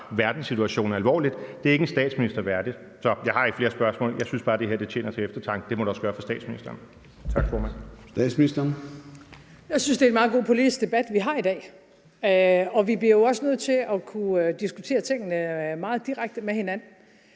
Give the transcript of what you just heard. verdenssituationen alvorligt. Det er ikke en statsminister værdigt. Jeg har ikke flere spørgsmål. Jeg synes bare, det her tjener til eftertanke. Det må det også gøre for statsministeren. Tak, formand. Kl. 13:43 Formanden (Søren Gade): Statsministeren. Kl. 13:43 Statsministeren (Mette Frederiksen): Jeg synes, det er en meget god politisk debat, vi har i dag, og vi bliver jo også nødt til at kunne diskutere tingene meget direkte med hinanden.